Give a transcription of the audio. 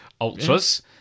ultras